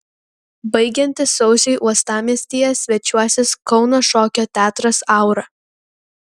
baigiantis sausiui uostamiestyje svečiuosis kauno šokio teatras aura